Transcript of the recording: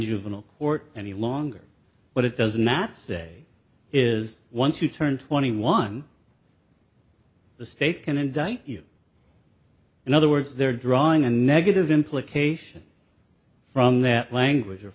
juvenile court any longer but it does not say is once you turn twenty one the state can indict you in other words they're drawing a negative implication from that language or